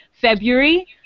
February